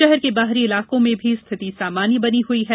शहर के बाहरी इलाकों में रिथति सामान्य बनी हई है